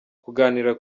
kuganira